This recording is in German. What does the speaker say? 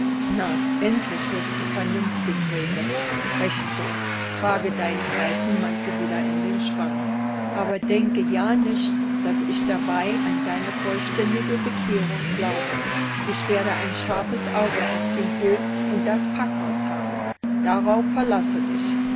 na endlich wirst du vernünftig grete recht so trage deinen weißen mantel wieder in den schrank aber denke ja nicht daß ich dabei an deine vollständige bekehrung glaube ich werde ein scharfes auge auf den hof und das packhaus haben darauf verlasse dich